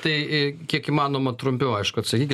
tai į kiek įmanoma trumpiau aišku atsakykit